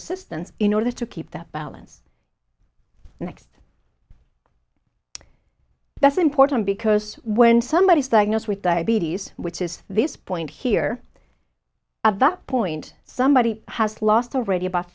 assistance in order to keep that balance next that's important because when somebody is diagnosed with diabetes which is this point here at that point somebody has lost already abou